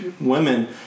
women